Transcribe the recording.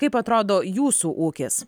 kaip atrodo jūsų ūkis